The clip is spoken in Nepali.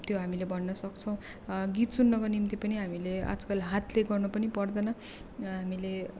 त्यो हामीले भन्न सक्छौँ गीत सुन्नको निम्ति पनि हामीले आजकल हातले गर्नु पनि पर्दैन हामीले